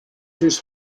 his